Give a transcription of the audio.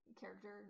character